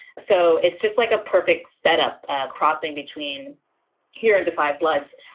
so it's just like a perfect setup crossing between here and the five bloods.